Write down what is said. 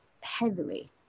heavily